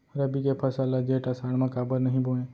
रबि के फसल ल जेठ आषाढ़ म काबर नही बोए?